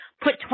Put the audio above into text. put